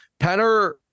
Penner